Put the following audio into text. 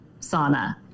sauna